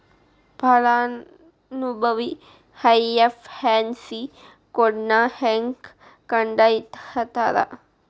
ಫಲಾನುಭವಿ ಐ.ಎಫ್.ಎಸ್.ಸಿ ಕೋಡ್ನಾ ಹೆಂಗ ಕಂಡಹಿಡಿತಾರಾ